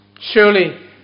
Surely